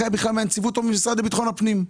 הנחיה מהנציבות או מהמשרד לביטחון פנים.